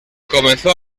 comenzó